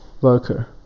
worker